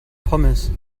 pommes